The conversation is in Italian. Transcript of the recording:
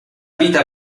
vita